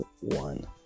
one